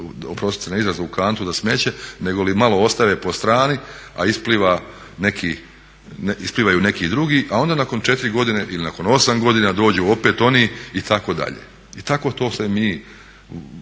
oprostite na izrazu, u kantu za smeće, negoli malo ostave po strani a isplivaju neki drugi, a onda nakon 4 godine ili nakon 8 godina dođu opet oni itd. I tako to se mi